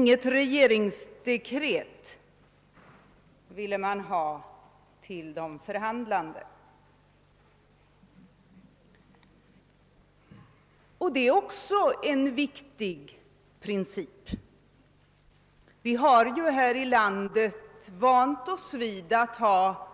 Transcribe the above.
Något regeringsdekret vill man inte ha till de förhandlande. Det är också en viktig princip. Vi har ju här i landet vant oss vid att ha